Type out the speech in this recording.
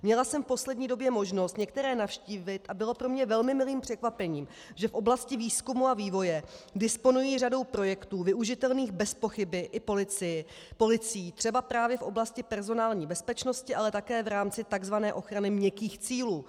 Měla jsem v poslední době možnost některé navštívit a bylo pro mě velmi milým překvapením, že v oblasti výzkumu a vývoje disponují řadou projektů využitelných bezpochyby i policií třeba právě v oblasti personální bezpečnosti, ale také v rámci takzvané ochrany měkkých cílů.